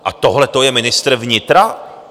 A tohleto je ministr vnitra?